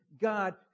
God